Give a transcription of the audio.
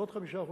ועוד 5%,